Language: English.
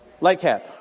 Lightcap